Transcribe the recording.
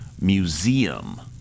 Museum